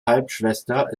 halbschwester